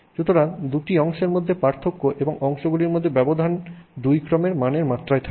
সুতরাং দুটি অংশের মধ্যে পার্থক্য এবং অংশগুলির মধ্যে ব্যবধান 2 ক্রমের মানের মাত্রায় থাকে